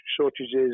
shortages